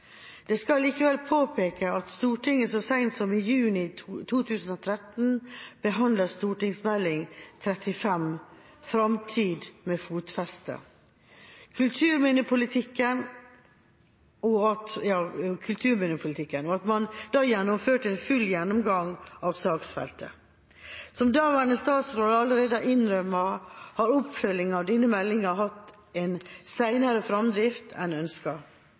Det skal likevel påpekes at Stortinget så sent som i juni 2013 behandlet Meld. St. 35 for 2012–2013, Framtid med fotfeste – Kulturminnepolitikken, og at man da gjennomførte en full gjennomgang av saksfeltet. Som daværende statsråd allerede har innrømmet, har oppfølginga av denne meldinga hatt en senere fremdrift enn